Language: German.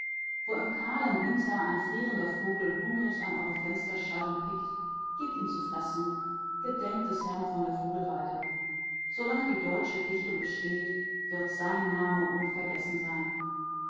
wo im kahlen winter ein frierender vogel hungrig an eure fensterscheiben pickt gebt ihm zu fressen gedenkt des herren von der vogelweide solange die deutsche dichtung besteht wird sein name unvergessen sein